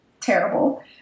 terrible